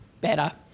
better